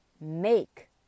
make